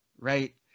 right